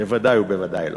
בוודאי ובוודאי לא.